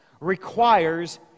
requires